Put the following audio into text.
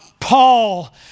Paul